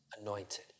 anointed